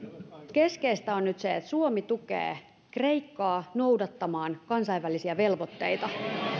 keskeistä on nyt se että suomi tukee kreikkaa noudattamaan kansainvälisiä velvoitteita